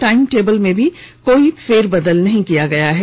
time table में भी कोई फेरबदल नहीं किया गया है